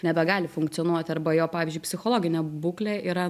nebegali funkcionuoti arba jo pavyzdžiui psichologinė būklė yra